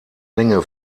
länge